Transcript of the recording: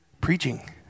preaching